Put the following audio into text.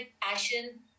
passion